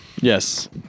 Yes